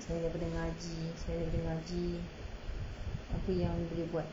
selain daripada ngaji selain daripada ngaji apa yang boleh buat